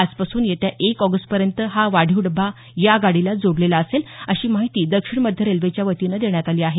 आजपासून येत्या एक ऑगस्टपर्यंत हा वाढीव डबा या गाडीला जोडलेला असेल अशी माहिती दक्षिण मध्य रेल्वेच्या वतीनं देण्यात आली आहे